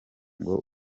ngo